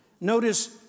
Notice